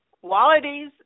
qualities